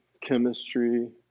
chemistry